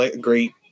great